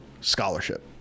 scholarship